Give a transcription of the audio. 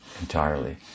entirely